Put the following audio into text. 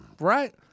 right